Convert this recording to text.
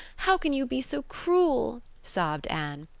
how can you be so cruel? sobbed anne.